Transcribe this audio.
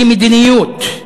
הוא מדיניות,